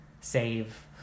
Save